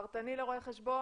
פרטני לרואי חשבון,